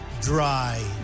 dry